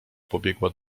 pobiegła